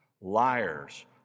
Liars